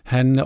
Han